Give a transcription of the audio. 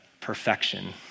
perfection